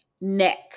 neck